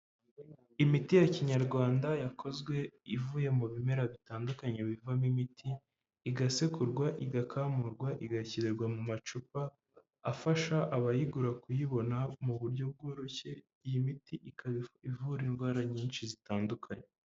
Imiti ya kinyarwanda yakozwe ivuye mu bimera bitandukanye bivamo imiti igasekurwa, igakamurwa, igashyirirwa mu macupa afasha abayigura kuyibona mu buryo bworoshye. Iyi miti ikaba ivura indwara nyinshi zitandukanye.